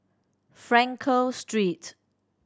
Frankel Street